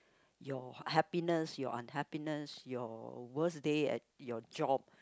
your happiness your unhappiness your worse day at your job